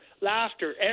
laughter